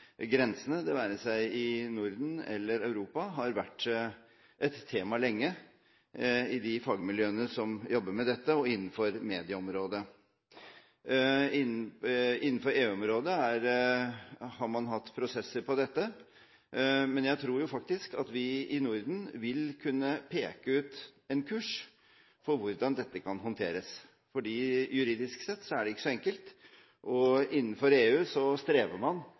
grensene, det være seg i Norden eller i Europa, har vært et tema lenge både i de fagmiljøene som jobber med dette, og innenfor medieområdet. Innenfor EU-området har man hatt prosesser på dette, men jeg tror faktisk at vi i Norden vil kunne peke ut en kurs for hvordan dette kan håndteres. For juridisk sett er det ikke så enkelt, og innenfor EU strever man